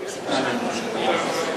שמתבקש מהנאום שלך,